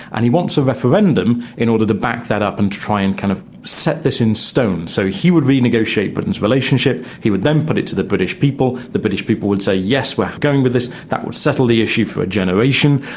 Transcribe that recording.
and he wants a referendum in order to back that up and try and kind of set this in stone. so he would renegotiate britain's relationship, he would then put it to the british people, the british people would say yes we are going with this, that would settle the issue for a generation,